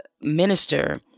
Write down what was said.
minister